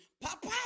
Papa